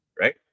Right